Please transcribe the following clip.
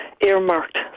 earmarked